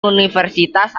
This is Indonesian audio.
universitas